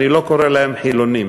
אני לא קורא להם חילוניים.